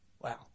wow